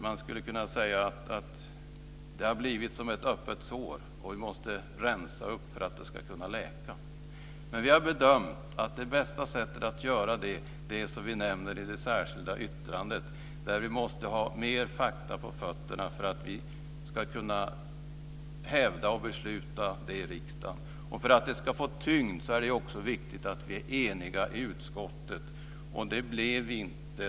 Man skulle kunna säga att det har blivit som ett öppet sår som vi måste rensa upp för att det ska kunna läka. Men vi har bedömt att det bästa sättet att göra det är, som vi nämner i det särskilda yttrandet, att se till att vi har mer fakta på fötterna för att vi ska kunna hävda och besluta detta i riksdagen. För att det ska få tyngd är det också viktigt att vi är eniga i utskottet, men det blev vi inte.